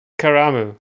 Karamu